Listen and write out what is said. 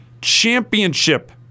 Championship